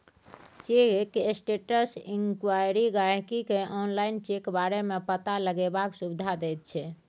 cheque status inquiry गाहिंकी केँ online check बारे मे पता लगेबाक सुविधा दैत छै